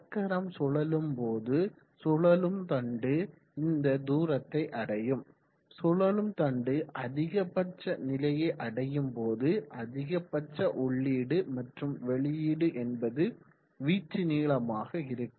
சக்கரம் சுழலும் போது சுழலும் தண்டு இந்த தூரத்தை அடையும் சுழலும் தண்டு அதிகபட்ச நிலையை அடையும் போது அதிகபட்ச உள்ளீடு மற்றும் வெளியீடு என்பது வீச்சு நீளமாக இருக்கும்